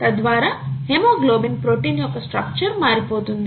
తద్వారా haemoglobin protein యొక్క structure మారిపోతుంది